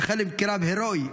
כחלק מקרב הרואי,